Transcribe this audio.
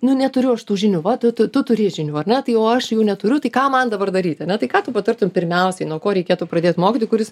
nu neturiu aš tų žinių va tu tu tu turi žinių ar ne tai o aš jų neturiu tai ką man dabar daryti ane tai ką tu patartum pirmiausiai nuo ko reikėtų pradėt mokyti kuris